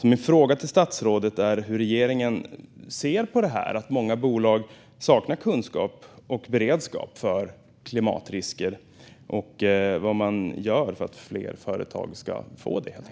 Min fråga till statsrådet är hur regeringen ser på att många bolag saknar kunskap och beredskap när det gäller klimatrisker och vad regeringen gör för att fler företag ska få detta.